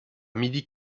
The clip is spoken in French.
midi